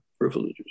privileges